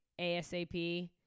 ASAP